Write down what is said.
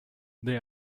they